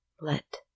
Let